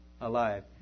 alive